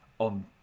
On